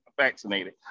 vaccinated